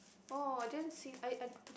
oh I didn't see I I